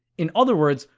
in other words,